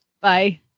Bye